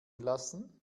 lassen